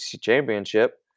championship